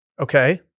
Okay